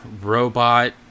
robot